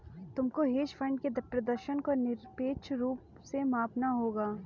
तुमको hedge fund के प्रदर्शन को निरपेक्ष रूप से मापना होगा